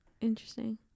interesting